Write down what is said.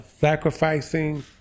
sacrificing